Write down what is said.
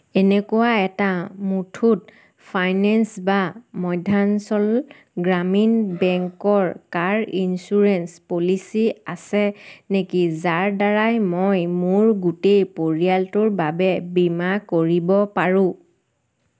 এনেকুৱা এটা মুথুত ফাইনেন্স বা মধ্যাঞ্চল গ্ৰামীণ বেংকৰ কাৰ ইঞ্চুৰেঞ্চ পলিচী আছে নেকি যাৰ দ্বাৰাই মই মোৰ গোটেই পৰিয়ালটোৰ বাবে বীমা কৰিব পাৰোঁ